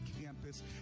campus